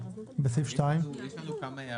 יש לנו כמה הערות.